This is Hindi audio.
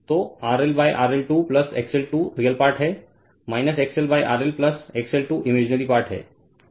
तो RL RL 2 XL 2 real part है XL RL XL2 imaginary part है